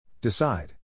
Decide